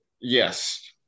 Yes